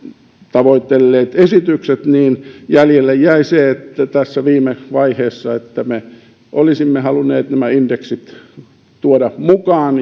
tavoitelleet esityksemme niin jäljelle jäi tässä viime vaiheessa se että me olisimme halunneet indeksikorotukset tuoda mukaan